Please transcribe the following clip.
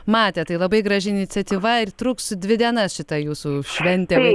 matę tai labai graži iniciatyva ir truks dvi dienas šita jūsų šventė